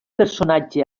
personatge